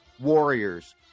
warriors